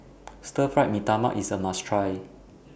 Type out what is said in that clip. Stir Fry Mee Tai Mak IS A must Try